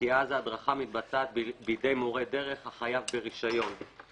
כי אז ההדרכה מתבצעת בידי מורה דרך החייב ברישיון.